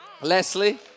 leslie